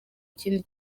ikindi